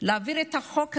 להעביר את החוק הזה,